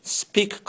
speak